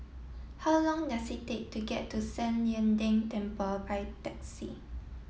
how long does it take to get to San Lian Deng Temple by taxi